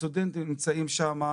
הסטודנטים נמצאים שם,